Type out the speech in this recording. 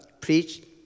preach